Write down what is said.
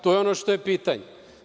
To je ono što je pitanje.